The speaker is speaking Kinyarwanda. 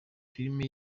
filime